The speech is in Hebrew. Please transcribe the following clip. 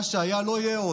מה שהיה, לא יהיה עוד.